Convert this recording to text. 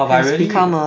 !wah! but really